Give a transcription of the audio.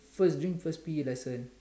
first during first P_E lesson